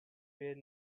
fair